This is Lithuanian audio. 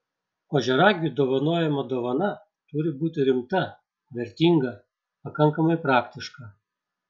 ožiaragiui dovanojama dovana turi būti rimta vertinga pakankamai praktiška